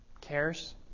cares